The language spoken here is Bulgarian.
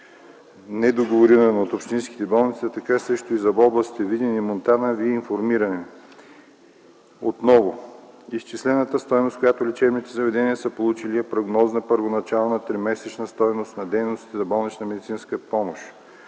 недоговорирана от общинските болници, а така също и за областите Видин и Монтана, Ви информирам отново. Изчислената стойност, която лечебните заведения са получили, е прогнозна, първоначална, тримесечна стойност на дейностите за болнична медицинска помощ.